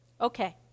Okay